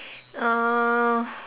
uh